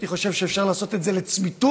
הייתי חושב שאפשר לעשות את זה לצמיתות,